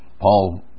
Paul